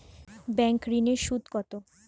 Bank ঋন এর সুদ কত?